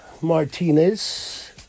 Martinez